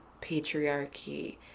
patriarchy